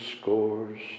scores